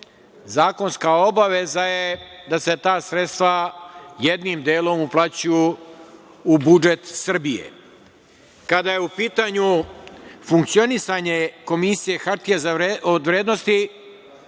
Zakonska obaveza je da se ta sredstva jednim delom uplaćuju u budžet Srbije. Kada je u pitanju funkcionisanje Komisije hartija od vrednosti,